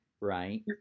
right